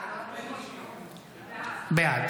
בעד